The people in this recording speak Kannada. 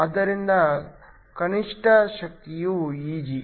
ಆದ್ದರಿಂದ ಕನಿಷ್ಠ ಶಕ್ತಿಯು Eg